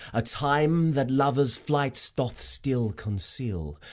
a time that lovers' flights doth still conceal,